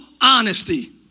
honesty